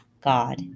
God